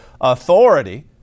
authority